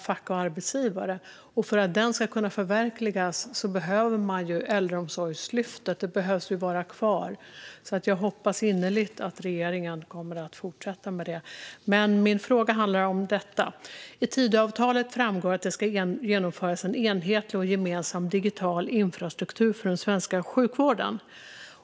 För att den ska kunna förverkligas behöver Äldreomsorgslyftet vara kvar, så jag hoppas innerligt att regeringen kommer att fortsätta med det. Min fråga handlar om detta: I Tidöavtalet framgår att det ska genomföras en enhetlig och gemensam digital infrastruktur för den svenska sjukvården.